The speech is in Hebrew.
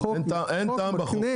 החוק מקנה הליך מהיר.